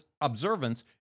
observance